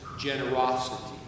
generosity